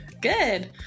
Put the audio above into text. Good